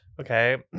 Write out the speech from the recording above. okay